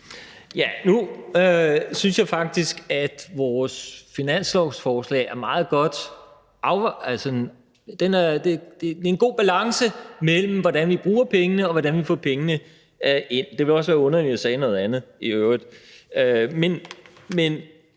Nu synes jeg faktisk, at vores finanslovsforslag er meget godt, altså, at der er en god balance mellem, hvordan vi bruger pengene, og hvordan vi får pengene ind; det ville også være underligt, at jeg sagde noget andet i øvrigt.